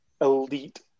elite